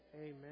Amen